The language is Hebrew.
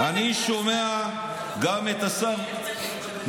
אני אומר שאני שומע גם את השר מיקי